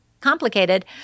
complicated